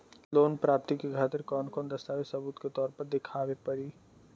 Loan प्राप्ति के खातिर कौन कौन दस्तावेज सबूत के तौर पर देखावे परी?